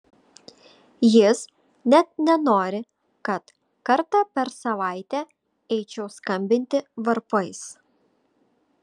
jis net nenori kad kartą per savaitę eičiau skambinti varpais